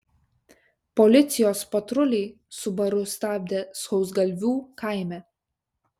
policijos patruliai subaru stabdė sausgalvių kaime